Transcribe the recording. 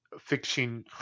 fixing